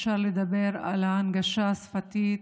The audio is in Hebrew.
אפשר לדבר על ההנגשה השפתית,